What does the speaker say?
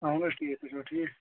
اَہَن حظ ٹھیٖک تُہۍ چھِوا ٹھیٖک